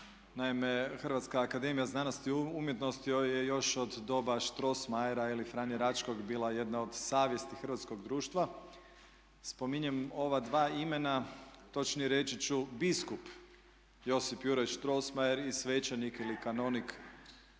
Hrvatska akademija znanosti i umjetnosti je još od doba Strossmayera ili Franje Račkog bila jedna od savjesti hrvatskog društva. Spominjem ova dva imena, točnije reći ću biskup Josip Juraj Strossmayer i svećenik ili kanonik